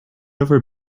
ever